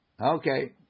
Okay